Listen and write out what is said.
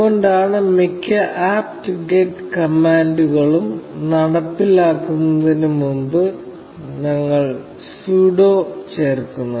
അതുകൊണ്ടാണ് മിക്ക apt get കമാൻഡുകളും നടപ്പിലാക്കുന്നതിന് മുമ്പ് ഞങ്ങൾ sudo ചേർക്കുന്നത്